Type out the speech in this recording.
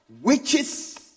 witches